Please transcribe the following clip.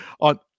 on